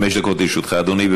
חמש דקות לרשותך, אדוני.